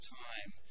time